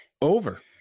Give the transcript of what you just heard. over